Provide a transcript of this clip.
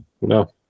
No